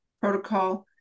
protocol